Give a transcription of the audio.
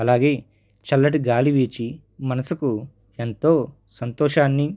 అలాగే చల్లటి గాలి వీచి మనసుకు ఎంతో సంతోషాన్ని